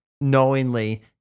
knowingly